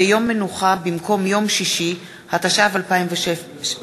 כיום מנוחה במקום יום שישי, התשע"ו 2016,